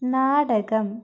നാടകം